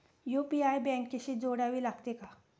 UPI बँकेशी जोडावे लागते का?